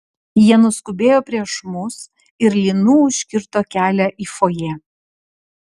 jie nuskubėjo prieš mus ir lynu užkirto kelią į fojė